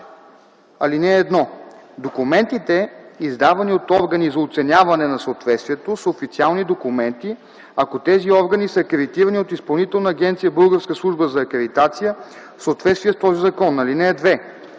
5а. (1) Документите, издавани от органи за оценяване на съответствието, са официални документи, ако тези органи са акредитирани от Изпълнителна агенция „Българска служба за акредитация” в съответствие с този закон. (2)